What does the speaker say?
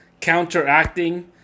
counteracting